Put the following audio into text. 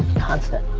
constant.